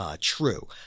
true